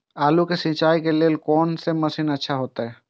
आलू के सिंचाई के लेल कोन से मशीन अच्छा होते?